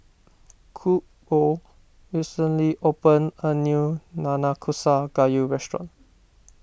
Hugo recently opened a new Nanakusa Gayu restaurant